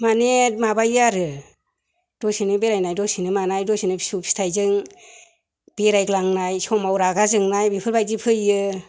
माने माबायो आरो दसेनो बेरायनाय दसेनो मानाय दसेनो फिसौ फिथाइजों बेरायग्लांनाय समाव रागा जोंनाय बेफोरबायदि फैयो